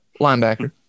Linebacker